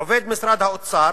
עובד משרד האוצר